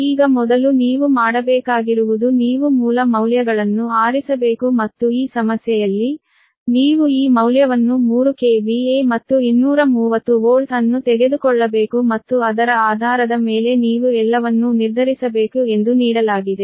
ಈಗ ಮೊದಲು ನೀವು ಮಾಡಬೇಕಾಗಿರುವುದು ನೀವು ಮೂಲ ಮೌಲ್ಯಗಳನ್ನು ಆರಿಸಬೇಕು ಮತ್ತು ಈ ಸಮಸ್ಯೆಯಲ್ಲಿ ನೀವು ಈ ಮೌಲ್ಯವನ್ನು 3 KVA ಮತ್ತು 230 ವೋಲ್ಟ್ ಅನ್ನು ತೆಗೆದುಕೊಳ್ಳಬೇಕು ಮತ್ತು ಅದರ ಆಧಾರದ ಮೇಲೆ ನೀವು ಎಲ್ಲವನ್ನೂ ನಿರ್ಧರಿಸಬೇಕು ಎಂದು ನೀಡಲಾಗಿದೆ